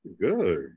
Good